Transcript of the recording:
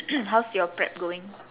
how's your prep going